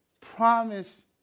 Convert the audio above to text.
promise